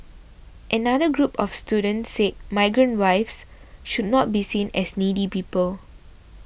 another group of students said migrant wives should not be seen as needy people